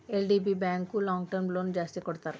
LDB bank long term loan ಜಾಸ್ತಿ ಕೊಡ್ತಾರ